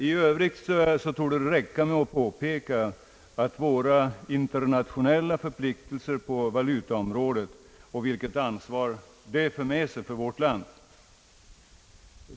I övrigt torde det räcka med att framhålla våra internationella förpliktelser på valutaområdet och det ansvar som det för med sig för vårt land.